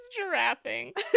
giraffing